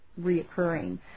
reoccurring